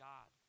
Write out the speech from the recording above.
God